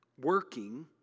working